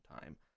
time